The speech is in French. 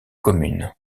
commune